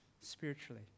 spiritually